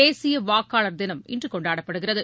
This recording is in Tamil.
தேசிய வாக்காளர் தினம் இன்று கொண்டாடப்படுகிறது